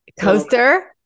Coaster